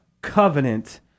covenant